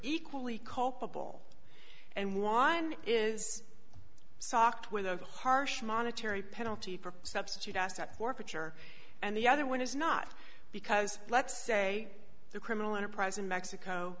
equally culpable and one is socked with a harsh monetary penalty for substitute asset forfeiture and the other one is not because let's say the criminal enterprise in mexico